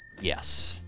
yes